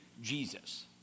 Jesus